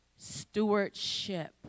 stewardship